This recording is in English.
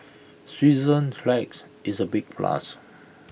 Switzerland's flags is A big plus